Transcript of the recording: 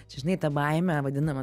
čia žinai ta baimė vadinama